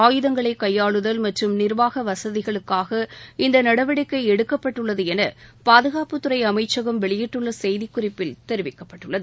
ஆயுதங்களை கையாளுதல் மற்றும் நிர்வாக வசதிகளுக்காக இந்த நடவடிக்கை எடுக்கப்பட்டுள்ளது என பாதுகாப்புத்துறை அமைச்சகம் வெளியிட்டுள்ள செய்திக் குறிப்பில் தெரிவிக்கப்பட்டுள்ளது